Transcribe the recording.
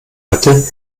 hatte